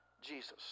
Jesus